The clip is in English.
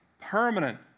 Permanent